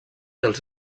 els